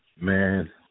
Man